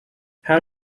how